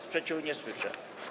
Sprzeciwu nie słyszę.